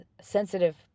sensitive